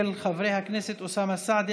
של חברי הכנסת אוסאמה סעדי,